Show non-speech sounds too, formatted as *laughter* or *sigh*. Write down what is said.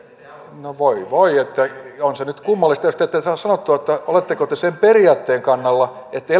no voi voi on se nyt kummallista jos te ette saa sanottua oletteko te sen periaatteen kannalla että *unintelligible*